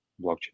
blockchain